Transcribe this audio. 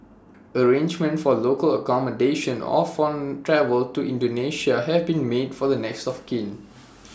arrangements for local accommodation or for travel to Indonesia have been made for the next of kin